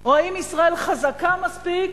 או האם ישראל חזקה מספיק,